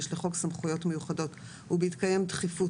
לחוק הסמכויות המיוחדות ובהתקיים דחיפות,